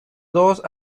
dos